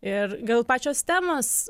ir gal pačios temos